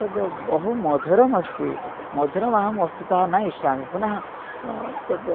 तद् बहु मधुरमस्ति मधुरमहं वस्तुतः न इष्यामि पुनः तद्